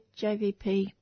JVP